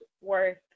worth